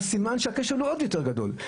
אז סימן שהכשל הוא עוד יותר גדול.